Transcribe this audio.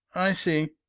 i see!